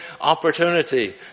opportunity